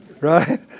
right